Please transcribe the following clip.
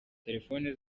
telefone